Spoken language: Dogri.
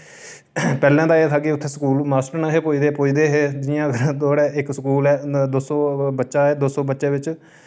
पैह्लें ते एह् हा कि उत्थै स्कूल मास्टर निं हां पुजदे पुजदे हे जि'यां थुआढ़े इक स्कूल ऐ दो सौ बच्चा ऐ दो सौ बच्चे बिच